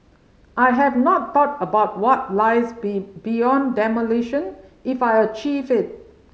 I have not thought about what lies be beyond demolition if I achieve it